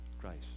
Christ